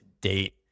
date